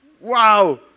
Wow